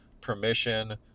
permission